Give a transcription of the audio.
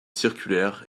circulaire